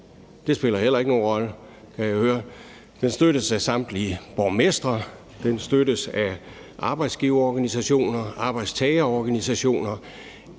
Det spiller heller ikke nogen rolle, kan jeg høre. Den støttes af samtlige borgmestre. Den støttes af arbejdsgiverorganisationer, arbejdstagerorganisationer.